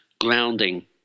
grounding